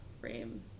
frame